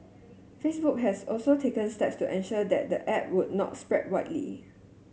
Facebook has also taken step to ensure that the app would not spread widely